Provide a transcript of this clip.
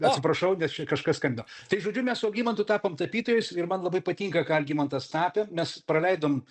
atsiprašau nes čia kažkas skambino tai žodžiu mes su algimantu tapom tapytojais ir man labai patinka ką algimantas tapė mes praleidom